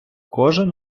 кожен